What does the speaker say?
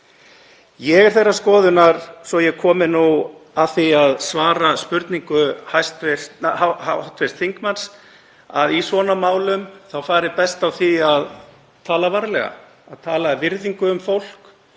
Ég er þeirrar skoðunar, svo að ég komi nú að því að svara spurningu hv. þingmanns, að í svona málum þá fari best á því að tala varlega, tala af virðingu um fólk